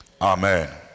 Amen